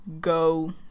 go